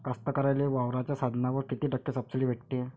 कास्तकाराइले वावराच्या साधनावर कीती टक्के सब्सिडी भेटते?